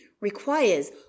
requires